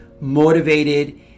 motivated